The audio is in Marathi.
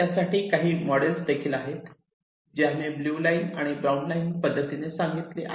त्यासाठी काही मॉडेल्स देखील आहेत जी आम्ही ब्लू लाईन आणि ब्राउन लाईन पद्धतीने सांगितलेली आहेत